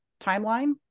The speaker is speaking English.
timeline